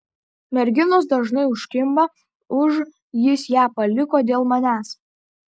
merginos dažnai užkimba už jis ją paliko dėl manęs